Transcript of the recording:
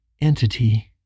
entity